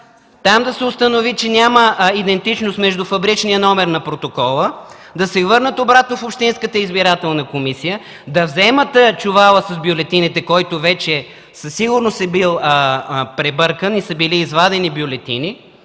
там да се установи, че няма идентичност между фабричния номер на протокола, да се върнат обратно в общинската избирателна комисия, да вземат чувала с бюлетините, който вече със сигурност е бил пребъркан и са били извадени бюлетини,